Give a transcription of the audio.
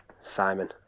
Simon